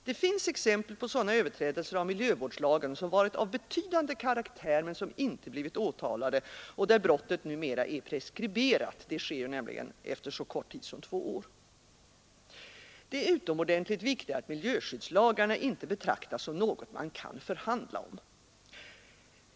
Det finns exempel på sådana överträdelser av miljöskyddslagen som varit av betydande karaktär men inte blivit åtalade och där brottet numera är preskriberat — det sker nämligen efter så kort tid som två år. Det är utomordentligt viktigt att miljöskyddslagarna inte betraktas som något man kan förhandla om.